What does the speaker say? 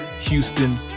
Houston